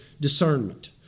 discernment